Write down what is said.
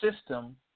system